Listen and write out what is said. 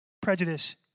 prejudice